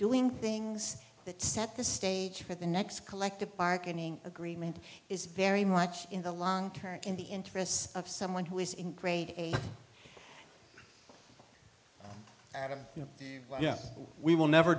doing things that set the stage for the next collective bargaining agreement is very much in the long current in the interests of someone who is in grade eight you know yeah we will never